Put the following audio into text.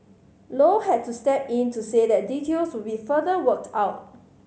low had to step in to say that details would be further worked out